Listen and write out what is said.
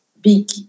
big